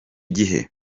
gihe